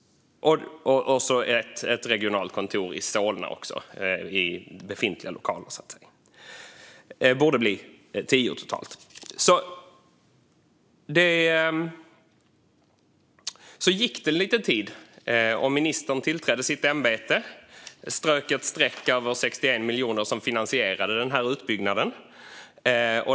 Och ett regionalt kontor i Solna, i befintliga lokaler. Det borde bli tio, totalt. Så gick det en liten tid. Ministern tillträdde sitt ämbete och strök ett streck över de 61 miljoner kronor som finansierade den här utbyggnaden.